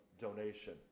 Donation